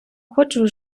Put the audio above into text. хочу